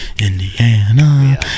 Indiana